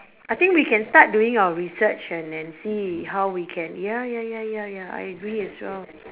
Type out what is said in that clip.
I think we can start doing our research and and see how we can ya ya ya ya ya I agree as well